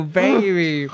baby